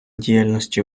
діяльності